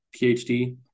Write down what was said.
PhD